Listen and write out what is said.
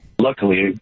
luckily